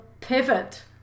pivot